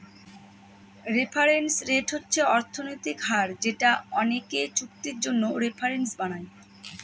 reference rate হচ্ছে অর্থনৈতিক হার যেটা অনেকে চুক্তির জন্য রেফারেন্স বানায়